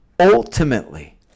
Ultimately